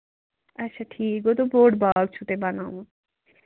اچھا ٹھیٖک گوٚو بوٚڈ باغ چھُو تۄہہِ بَناوُن